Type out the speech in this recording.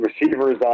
receivers